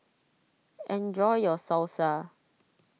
enjoy your Salsa